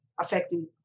affecting